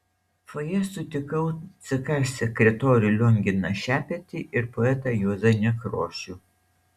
fojė sutikau ck sekretorių lionginą šepetį ir poetą juozą nekrošių